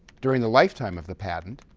during the lifetime of the patent,